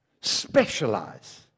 specialize